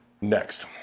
Next